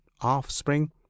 offspring